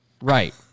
Right